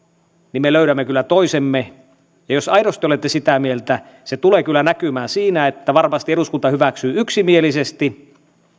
me löydämme kyllä toisemme ja jos aidosti olette sitä mieltä se tulee kyllä näkymään siinä että varmasti eduskunta hyväksyy yksimielisesti